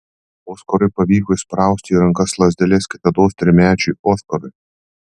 oskarui pavyko įsprausti į rankas lazdeles kitados trimečiui oskarui